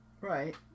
right